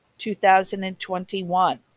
2021